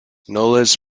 knowles